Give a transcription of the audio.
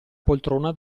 poltrona